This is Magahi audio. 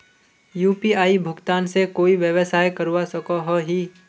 यु.पी.आई भुगतान से कोई व्यवसाय करवा सकोहो ही?